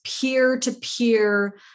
peer-to-peer